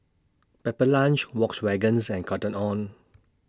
Pepper Lunch Volkswagens and Cotton on